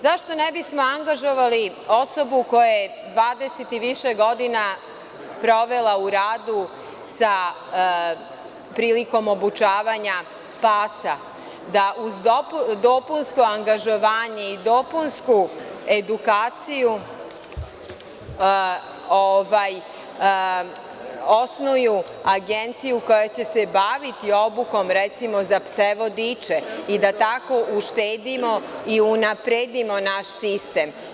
Zašto ne bismo angažovali osobu koja je 20 i više godina provela u radu sa prilikom obučavanja pasa da uz dopunsko angažovanje i dopunsku edukaciju osnuju agenciju koja će se baviti obukom recimo za pse vodiče i da tako uštedimo i unapredimo naš sistem.